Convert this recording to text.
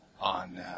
on